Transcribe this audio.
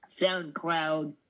SoundCloud